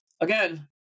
again